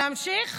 להמשיך?